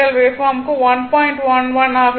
11 ஆக இருக்கும்